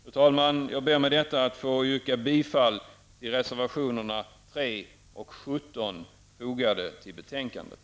Fru talman! Jag ber med detta att få yrka bifall till reservationerna 3 och 17, fogade till betänkandet.